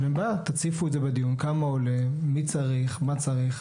תציפו את זה בדיון, כמה עולה, מי צריך, מה צריך.